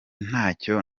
ntacyo